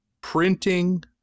printing